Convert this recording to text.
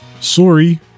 Sorry